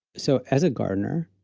so as a gardener,